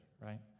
right